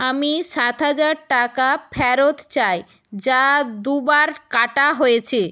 আমি সাত হাজার টাকা ফেরত চাই যা দু বার কাটা হয়েছে